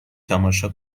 تماشا